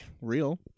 real